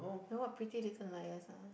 then what Pretty Little Liars ah